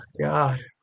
God